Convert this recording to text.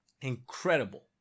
Incredible